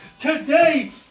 today